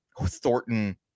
Thornton